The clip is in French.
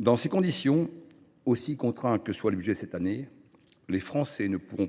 Dans ces conditions, aussi contraint que soit le budget cette année, les Français ne pourront